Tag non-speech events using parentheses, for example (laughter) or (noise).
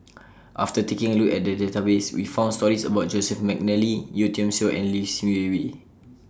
(noise) after taking A Look At The Database We found stories about Joseph Mcnally Yeo Tiam Siew and Lim Swee Lim